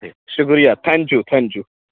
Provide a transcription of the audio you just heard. شُکریہ thank you thank you